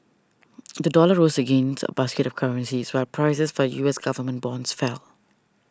the dollar rose against a basket of currencies prices for U S government bonds fell